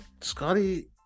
Scotty